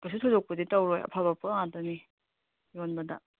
ꯀꯩꯁꯨ ꯊꯣꯏꯗꯣꯛꯄꯗꯤ ꯇꯧꯔꯣꯏ ꯑꯐꯕ ꯄꯣꯠ ꯉꯥꯛꯇꯅꯤ ꯌꯣꯟꯕꯗ